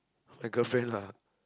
my girlfriend lah